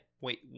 Wait